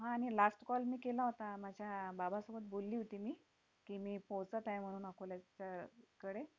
हा आणि last call मी केला होता माझ्या बाबासोबत बोलली होती मी की मी पोचत आहे म्हणून अकोल्याच्कयाडे